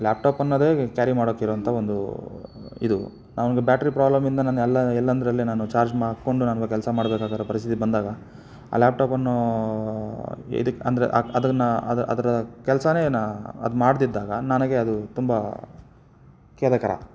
laptop ಅನ್ನೋದೆ carry ಮಾಡೋಕೆ ಇರುವಂಥ ಒಂದು ಇದು ಆ ಒಂದು ಬ್ಯಾಟ್ರಿ ಪ್ರೋಬ್ಲಮಿಂದ ನನ್ನ ಎಲ್ಲ ಎಲ್ಲೆಂದ್ರಲ್ಲಿ ನಾನು ಚಾರ್ಜ್ ಮಾಡ್ಕೊಂಡು ನಾನಿವಾಗ ಕೆಲಸ ಮಾಡಬೇಕಾಗಿರೊ ಪರಿಸ್ಥಿತಿ ಬಂದಾಗ ಆ ಲ್ಯಾಪ್ಟಾಪ್ ಅನ್ನೋ ಇದಕ್ಕೆ ಅಂದರೆ ಅದನ್ನ ಅದು ಅದರ ಕೆಲ್ಸವೇ ನಾ ಅದು ಮಾಡದಿದ್ದಾಗ ನನಗೆ ಅದು ತುಂಬ ಖೇದಕರ